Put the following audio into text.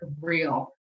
real